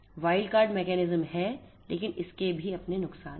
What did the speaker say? wild card mechanism है लेकिन इसके भी अपने नुकसान हैं